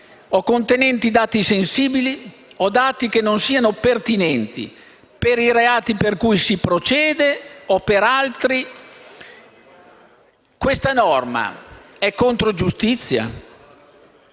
o contenenti dati sensibili o dati che non siano pertinenti per i reati per cui si procede o per altri. Questa norma è contro giustizia?